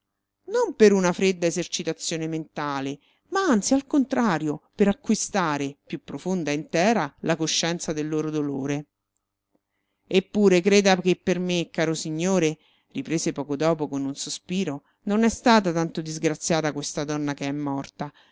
non per una fredda esercitazione mentale ma anzi al contrario per acquistare più profonda e intera la coscienza del loro dolore eppure creda che per me caro signore riprese poco dopo con un sospiro non è stata tanto disgraziata questa donna che è morta